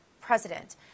president